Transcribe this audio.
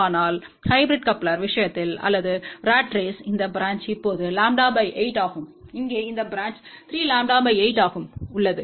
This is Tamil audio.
ஆனால் ஹைபிரிட் கப்ளர் விஷயத்தில் அல்லது ராட் ரேஸ் இந்த பிரான்ச் இப்போது λ 8 ஆகவும் இங்கே இந்த பிரான்ச் 3 λ 8 ஆகவும் உள்ளது